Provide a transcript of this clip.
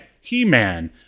He-Man